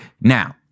Now